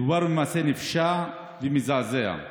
מדובר במעשה נפשע ומזעזע.